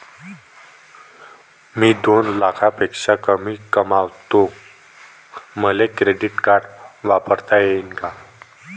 मी दोन लाखापेक्षा कमी कमावतो, मले क्रेडिट कार्ड वापरता येईन का?